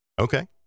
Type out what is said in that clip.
Okay